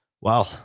Wow